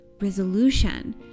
resolution